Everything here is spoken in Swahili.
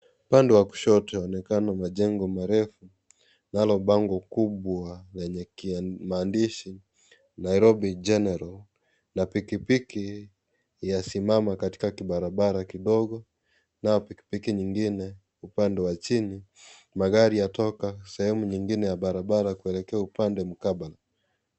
Upande wa kushoto kunaonekana jengo kubwa nalo bango ni kubwa lenye maandishi, Nairobi General na pikipiki yasimama katika kibarabara kidogo, kuna pikipiki nyingine upande wa chini, magari yatoka sehemu nyingine ya barabara kuelekea sehemu mkabala.